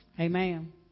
Amen